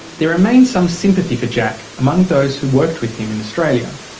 there remains some sympathy for jack among those who worked with him in australia.